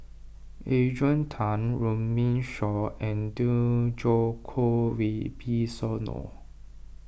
Adrian Tan Runme Shaw and Djoko Wibisono